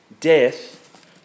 death